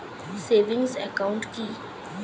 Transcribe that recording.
Savings account কি?